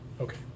Okay